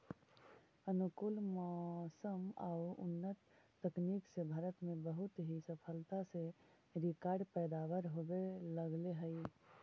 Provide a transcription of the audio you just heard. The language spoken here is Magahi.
अनुकूल मौसम आउ उन्नत तकनीक से भारत में बहुत ही सफलता से रिकार्ड पैदावार होवे लगले हइ